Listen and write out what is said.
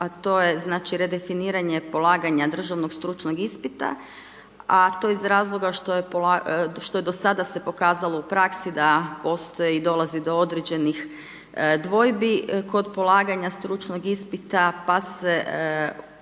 a to je znači redefiniranje polaganja državnog stručnog ispita a to iz razloga što je do sada se pokazalo u praksi da postoji i dolazi do određenih dvojbi kod polaganja stručnog ispita, pa se